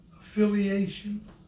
affiliation